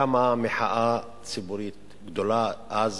קמה מחאה ציבורית גדולה אז,